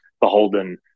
beholden